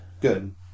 Good